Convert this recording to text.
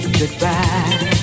goodbye